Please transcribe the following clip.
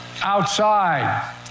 outside